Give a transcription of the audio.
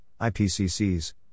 IPCC's